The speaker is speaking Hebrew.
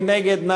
מי נגד?